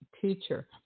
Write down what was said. teacher